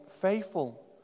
faithful